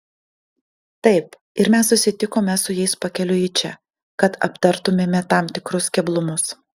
taip ir mes susitikome su jais pakeliui į čia kad aptartumėme tam tikrus keblumus